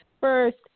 first